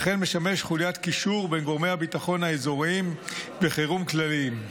וכן משמש חוליית קישור בין גורמי הביטחון האזוריים וחירום כלליים.